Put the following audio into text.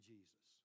Jesus